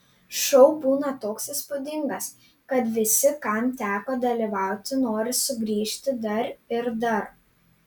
šou būna toks įspūdingas kad visi kam teko dalyvauti nori sugrįžti dar ir dar